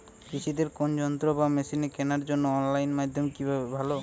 কৃষিদের কোন যন্ত্র বা মেশিন কেনার জন্য অনলাইন মাধ্যম কি ভালো?